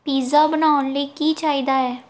pizza ਬਣਾਉਣ ਲਈ ਕੀ ਚਾਹੀਦਾ ਹੈ